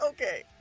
Okay